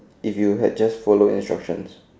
if you had just followed instructions